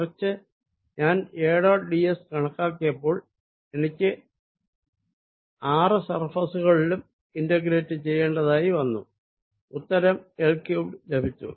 മറിച്ച് ഞാൻ A dot d s കണക്കാക്കിയപ്പോൾ എനിക്ക് ആര് സർഫേസുകളിലും ഇന്റഗ്രേഷൻ ചെയ്യേണ്ടതായി വന്നു ഉത്തരം L ക്യൂബ്ഡ് എന്ന് ലഭിച്ചു